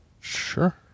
Sure